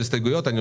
בין 30% ל-60%.